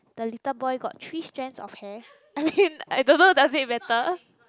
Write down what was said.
the little boy got three strands of hair I mean I don't know does it matter